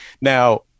Now